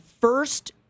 first